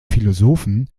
philosophen